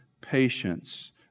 patience